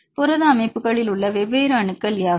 புரத அமைப்புகளில் உள்ள வெவ்வேறு அணுக்கள் யாவை